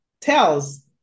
tells